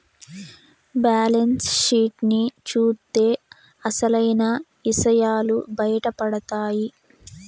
balance sheet ని చూత్తే అసలైన ఇసయాలు బయటపడతాయి